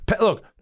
Look